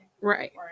Right